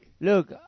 look